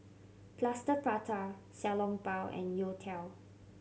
Plaster Prata Xiao Long Bao and youtiao